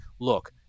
look